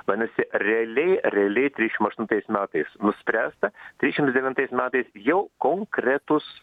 vadinasi realiai realiai trisdešimt aštuntais metais nuspręsta trisdešimts devintais metais jau konkretūs